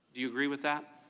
you agree with that?